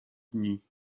dni